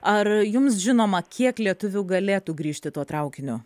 ar jums žinoma kiek lietuvių galėtų grįžti tuo traukiniu